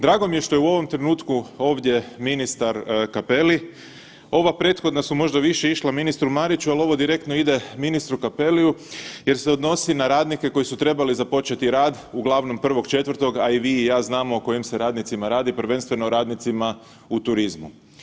Drago mi je što je u ovom trenutku ovdje ministar Cappelli, ova prethodna su možda više išla ministru Mariću, ali ovo direktno ide ministru Cappelliu jer se odnosi na radnike koji su trebali započeti rad uglavnom 1.4., a i vi i ja znamo o kojim se radnicima radi, prvenstveno radnicima u turizmu.